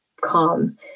calm